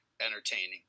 entertaining